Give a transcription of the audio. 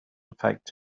affect